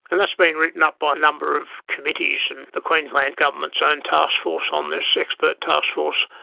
and that's been written up by a number of committees and the queensland government's own task force on this, expert task force,